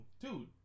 dude